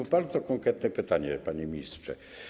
Mam bardzo konkretne pytanie, panie ministrze.